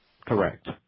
Correct